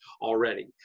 already